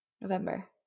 November